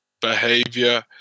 behavior